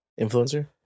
Influencer